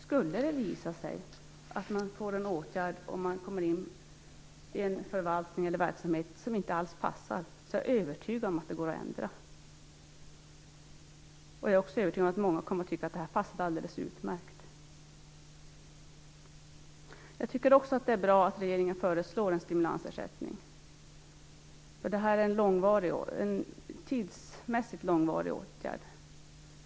Skulle det visa sig att en person kommer in i en förvaltning eller verksamhet som inte alls passar är jag övertygad om att det går att ändra. Jag är också övertygad om att många kommer att tycka att det passade alldeles utmärkt. Jag tycker också att det är bra att regeringen föreslår en stimulansersättning. Det här är en tidsmässigt långvarig åtgärd.